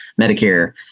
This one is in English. Medicare